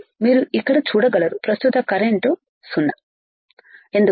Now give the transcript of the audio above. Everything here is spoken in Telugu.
మీరు ఇక్కడ చూడగలరు ప్రస్తుత కరెంటు 0 ఎందుకంటేVGS VT